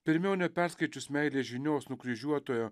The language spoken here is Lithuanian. pirmiau neperskaičius meilės žinios nukryžiuotojo